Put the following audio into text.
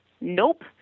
Nope